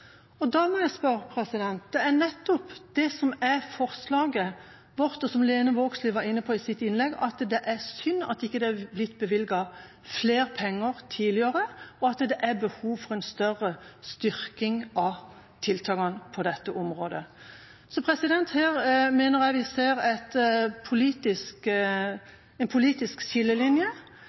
Da må jeg vise til at det er nettopp det som er forslaget vårt, og som Lene Vågslid var inne på i sitt innlegg, at det er synd at det ikke er blitt bevilget flere penger tidligere, og at det er behov for en større styrking av tiltakene på dette området. Så her mener jeg vi ser en politisk skillelinje,